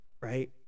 Right